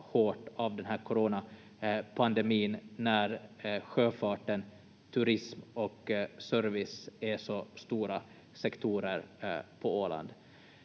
hårt av den här coronapandemin när sjöfart, turism och service är så stora sektorer på Åland.